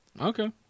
Okay